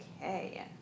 Okay